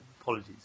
Apologies